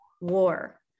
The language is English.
war